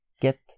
Get